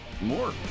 more